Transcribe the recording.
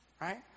right